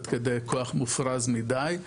עד כדי כוח מופרז מידי,